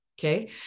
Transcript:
Okay